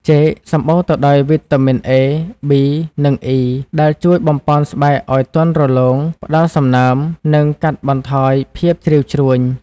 ចេក សម្បូរទៅដោយវីតាមីន អេ (A), ប៊ី (B) និង អុី (E) ដែលជួយបំប៉នស្បែកឲ្យទន់រលោង ផ្តល់សំណើម និងកាត់បន្ថយភាពជ្រីវជ្រួញ។